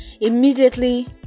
immediately